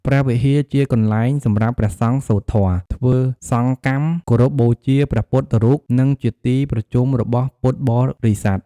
ព្រះវិហារជាកន្លែងសម្រាប់ព្រះសង្ឃសូត្រធម៌ ធ្វើសង្ឃកម្ម គោរពបូជាព្រះពុទ្ធរូប និងជាទីប្រជុំរបស់ពុទ្ធបរិស័ទ។